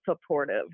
supportive